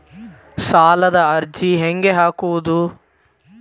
ಸಾಲದ ಅರ್ಜಿ ಹೆಂಗ್ ಹಾಕುವುದು?